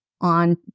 on